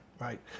right